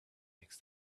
makes